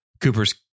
Cooper's